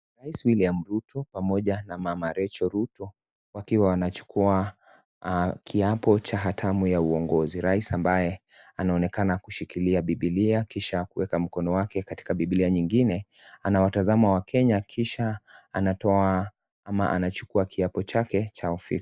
Rais William Ruto pamoja na mama Rachael Ruto wakiwa wanachukua kiapo cha hatamu ya uongozi rais ambaye anaonekana kushikilia bibilia na kuweka mkono wake katika bibilia nyingine amewatazama wakenye kisha anatoa ama anachukua kiapo chake cha ofisi.